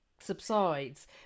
subsides